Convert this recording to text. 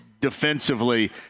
defensively